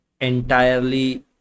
entirely